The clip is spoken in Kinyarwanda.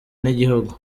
n’igihugu